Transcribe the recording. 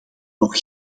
nog